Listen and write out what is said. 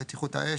בטיחות האש,